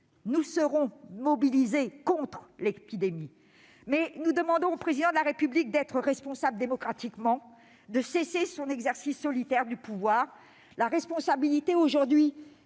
Nous serons mobilisés contre l'épidémie. Mais nous demandons au Président de la République d'être responsable démocratiquement, de cesser son exercice solitaire du pouvoir. La responsabilité aujourd'hui,